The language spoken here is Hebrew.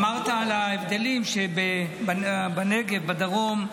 אמרת על ההבדלים, שבנגב, בדרום,